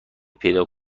پیدا